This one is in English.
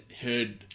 heard